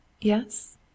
Yes